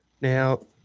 Now